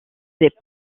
des